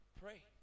Pray